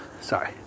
Sorry